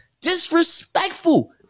Disrespectful